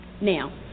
Now